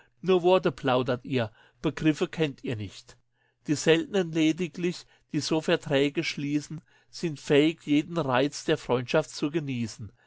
nur worte plaudert ihr begriffe kennt ihr nicht die seltnen lediglich die so verträge schließen sind fähig jeden reiz der freundschaft zu genießen